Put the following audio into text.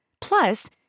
Plus